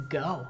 go